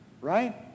right